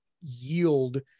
yield